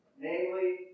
namely